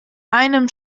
einem